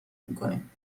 میکنیم